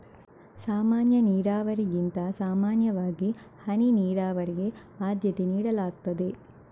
ಸಾಮಾನ್ಯ ನೀರಾವರಿಗಿಂತ ಸಾಮಾನ್ಯವಾಗಿ ಹನಿ ನೀರಾವರಿಗೆ ಆದ್ಯತೆ ನೀಡಲಾಗ್ತದೆ